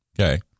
okay